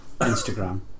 Instagram